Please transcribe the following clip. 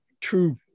true